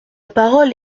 parole